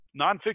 nonfiction